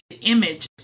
image